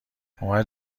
اومد